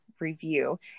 review